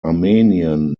armenian